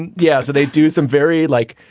and yeah. so they do some very like.